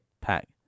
pack